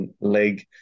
leg